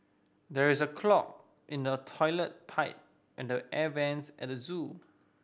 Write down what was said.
there is a clog in the toilet pipe and the air vents at the zoo